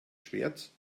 schwert